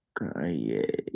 Kanye